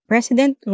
President